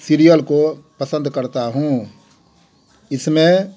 serial को पसंद करता हूँ इसमें